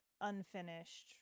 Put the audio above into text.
unfinished